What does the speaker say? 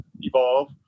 evolve